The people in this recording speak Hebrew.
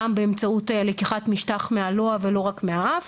גם באמצעות לקיחת משטח מהלוע ולא רק מהאף